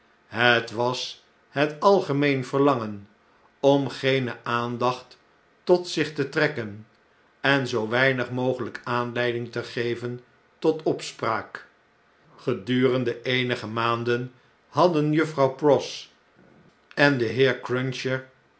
het was het algemeen verlangen om geene aandacht tot zich te trekken en zoo weinig mogelyk aanleiding te geven totopspraak gedurende eenige maanden hadden juffrouw pross en de heer cruncher